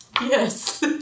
Yes